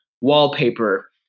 wallpaper